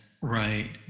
Right